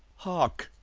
hark!